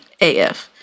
AF